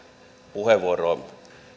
puheenvuoroon